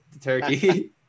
turkey